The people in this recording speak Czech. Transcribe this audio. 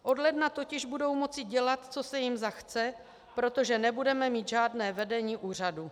Od ledna totiž budou moci dělat, co se jim zachce, protože nebudeme mít žádné vedení úřadu.